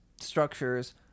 Structures